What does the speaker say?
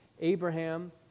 Abraham